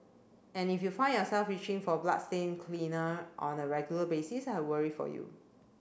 and if you find yourself reaching for bloodstain cleaner on a regular basis I worry for you